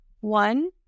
One